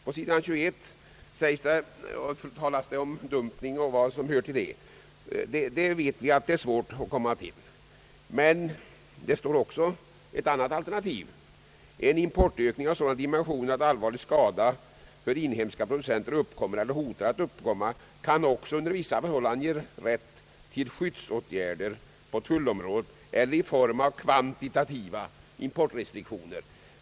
På sidan 21 talas det om dumping och vad som hör till det. Vi vet att det är svårt att komma fram den vägen. Men det står också ett annat alternativ — en importökning av sådana dimensioner, att allvarlig skada för inhemska producenter uppkommer eller hotar att uppkomma, kan också under vissa förhållanden ge rätt till skyddsåtgärder på tullområdet eller i form av kvantitativa importrestriktioner.